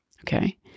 Okay